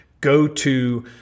go-to